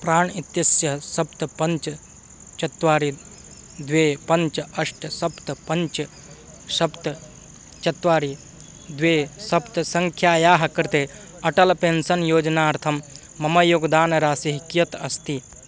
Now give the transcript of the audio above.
प्राण् इत्यस्य सप्त पञ्च चत्वारि द्वे पञ्च अष्ट सप्त पञ्च सप्त चत्वारि द्वे सप्त सङ्ख्यायाः कृते अटल् पेन्शन् योजनार्थं मम योगदानराशिः कियत् अस्ति